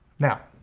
now,